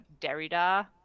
Derrida